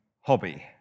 hobby